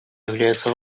являются